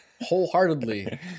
wholeheartedly